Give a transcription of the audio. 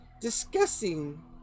discussing